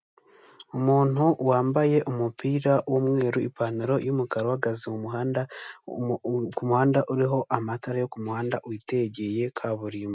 Ahantu ndahabona umuntu mu kayira k'abanyamaguru arimo aragenda bika bigaragara ko hari n'undi muntu wicaye munsi y'umutaka wa emutiyeni ndetse bikaba bigaragara ko uyu muntu acuruza amayinite bikaba binagaragara ko hari imodoka y'umukara ndetse na taransifa y'amashanyarazi.